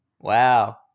Wow